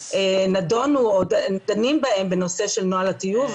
נדונו או דנים בהן בנושא של נוהל הטיוב,